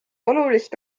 olulist